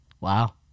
Wow